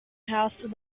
house